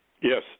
Yes